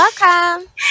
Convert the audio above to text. welcome